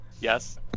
Yes